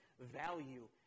value